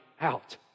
out